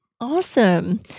awesome